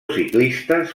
ciclistes